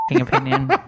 opinion